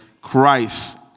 Christ